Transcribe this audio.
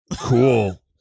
Cool